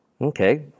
Okay